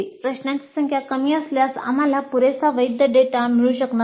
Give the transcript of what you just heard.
प्रश्नांची संख्या कमी असल्यास आम्हाला पुरेसा वैध डेटा मिळू शकणार नाही